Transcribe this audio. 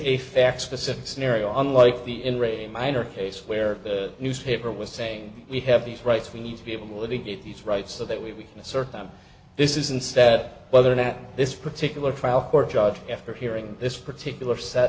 a fact specific scenario unlike the in re minor case where the newspaper was saying we have these rights we need to be able to get these right so that we can assert time this is instead whether or not this particular trial court judge after hearing this particular set